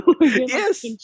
Yes